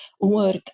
work